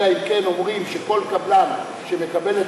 אלא אם כן אומרים שכל קבלן שמקבל את